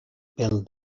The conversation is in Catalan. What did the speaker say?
pel